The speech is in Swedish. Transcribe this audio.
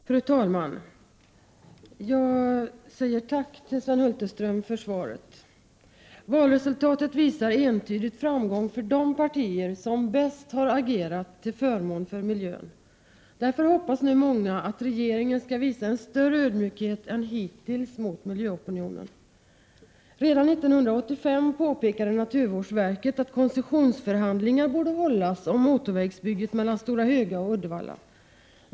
Fru talman! Jag säger tack till Sven Hulterström för svaret. 6 oktober 1988 Valresultatet visar entydigt framgång för de partier som bäst agerat till förmån för miljön. Därför hoppas nu många att regeringen skall visa en större ödmjukhet än hittills mot miljöopinionen. Redan 1985 påpekade naturvårdsverket att koncessionsförhandlingar borde hållas om motorvägsbygget mellan Stora Höga och Uddevalla.